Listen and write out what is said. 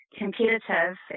competitive